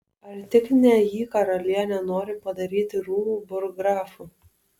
ar tik ne jį karalienė nori padaryti rūmų burggrafu